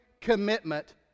commitment